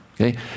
Okay